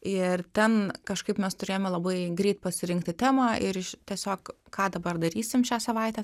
ir ten kažkaip mes turėjome labai greit pasirinkti temą ir iš tiesiog ką dabar darysim šią savaitę